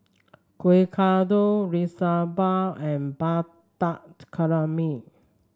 Kueh Kodok Liu Sha Bao and calamari